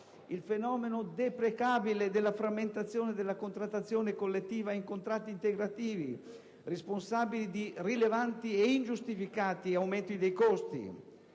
il fenomeno deprecabile della frammentazione della contrattazione collettiva in contratti integrativi, responsabili di rilevanti e ingiustificati aumenti dei costi;